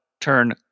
turn